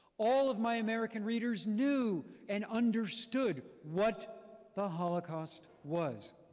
all of my american readers knew and understood what the holocaust was.